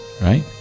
right